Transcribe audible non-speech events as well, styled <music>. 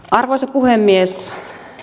<unintelligible> arvoisa puhemies